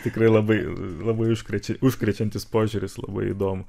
tikrai labai labai užkrečia užkrečiantis požiūris labai įdomu